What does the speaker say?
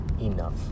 enough